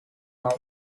now